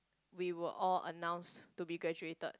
we were all announce to be graduated